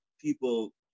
people